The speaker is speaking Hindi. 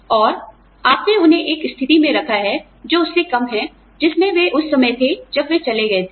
और आपने उन्हें एक स्थिति में रखा जो उससे कम है जिसमें वे उस समय थे जब वे चले गए थे